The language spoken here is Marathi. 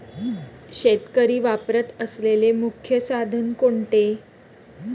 शेतकरी वापरत असलेले मुख्य साधन कोणते?